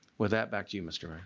with that, back to you mr.